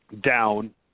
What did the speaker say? down